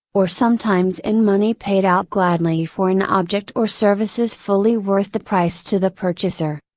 or sometimes in money paid out gladly for an object or services fully worth the price to the purchaser.